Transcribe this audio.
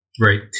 Right